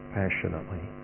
passionately